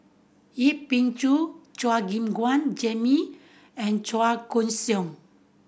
Yip Pin Xiu Chua Gim Guan Jimmy and Chua Koon Siong